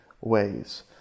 ways